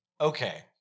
okay